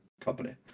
company